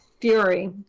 Fury